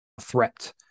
threat